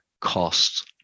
costs